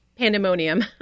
pandemonium